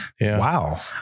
wow